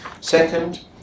Second